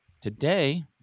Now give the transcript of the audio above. Today